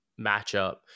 matchup